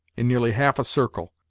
in nearly half a circle,